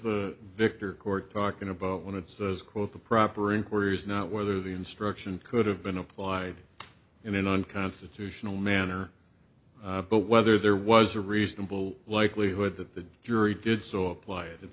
the victor court talking about when it says quote the proper inquiry is not whether the instruction could have been applied in an unconstitutional manner but whether there was a reasonable likelihood that the jury did so apply